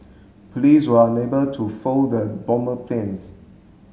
police were unable to fold the bomber plans